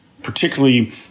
particularly